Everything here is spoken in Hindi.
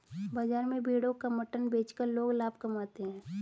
बाजार में भेड़ों का मटन बेचकर लोग लाभ कमाते है